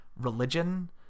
religion